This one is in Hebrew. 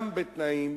גם בתנאים